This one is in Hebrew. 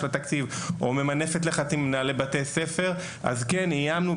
התקציב או ממנפת לחצים על מנהלי בתי ספר אז כן איימנו,